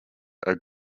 are